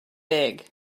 big